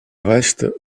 reste